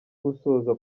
gusoza